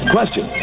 Question